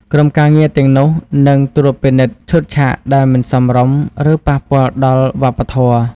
ក្រុមការងារទាំងនោះនឹងត្រួតពិនិត្យឈុតឆាកដែលមិនសមរម្យឬប៉ះពាល់ដល់វប្បធម៌។